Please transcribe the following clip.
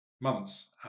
months